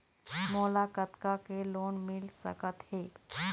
मोला कतका के लोन मिल सकत हे?